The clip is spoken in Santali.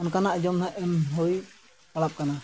ᱚᱱᱠᱟᱱᱟᱜ ᱡᱚᱢᱟᱜ ᱱᱟᱦᱟᱜ ᱮᱢ ᱦᱩᱭᱩᱜ ᱯᱟᱲᱟ ᱠᱟᱱᱟ